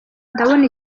ndabona